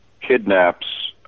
kidnaps